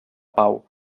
pau